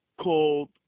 called